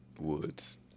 Woods